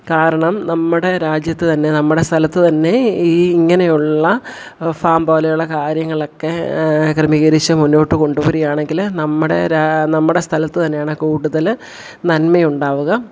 കാരണം നമ്മുടെ രാജ്യത്ത് തന്നെ നമ്മുടെ സ്ഥലത്ത് തന്നെ ഈ ഇങ്ങനെയുള്ള ഫാം പോലെയുള്ള കാര്യങ്ങളൊക്കെ ക്രമീകരിച്ചു മുന്നോട്ട് കൊണ്ടു വരികയാണെങ്കിൽ നമ്മുടെ നമ്മുടെ സ്ഥലത്ത് തന്നെയാണ് കൂടുതൽ നന്മയുണ്ടാകുക